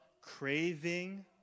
craving